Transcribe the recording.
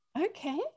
okay